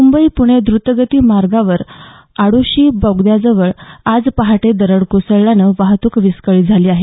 मुंबई पुणे द्र्तगती मार्गावर आडोशी बोगद्याजवळ आज पहाटे दरड कोसळल्याने वाहतूक विस्कळीत झाली आहे